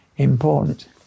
Important